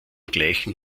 gleichen